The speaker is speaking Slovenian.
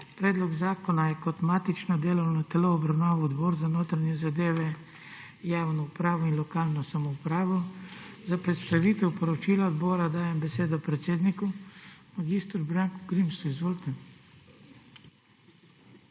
Predlog zakona je kot matično delovno telo obravnaval Odbor za notranje zadeve, javno upravo in lokalno samoupravo. Za predstavitev poročila odbora dajem besedo predsedniku mag. Branku Grimsu. Izvolite.